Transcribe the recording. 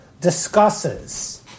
discusses